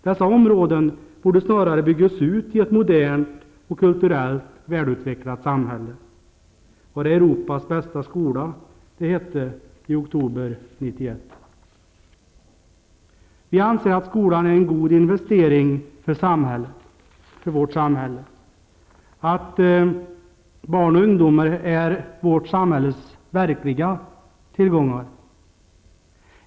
Dessa områden borde snarare byggas ut i ett modernt och kulturellt välutvecklat samhälle. Var det Europas bästa skola det hette i oktober Vi anser att skolan är en god investering för samhället, att barn och ungdomar är vårt samhälles verkliga tillgångar.